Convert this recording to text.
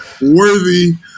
worthy